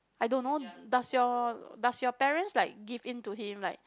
I don't know does your does your parents like give in to him like